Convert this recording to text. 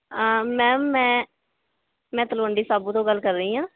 ma'am ਮੈਂ ਮੈਂ ਤਲਵੰਡੀ ਸਾਬੋ ਤੋਂ ਗੱਲ ਕਰ ਰਹੀ ਹਾਂ